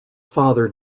father